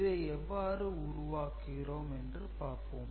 இதை எவ்வாறு உருவாக்குகிறோம் என்றி பார்ப்போம்